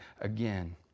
again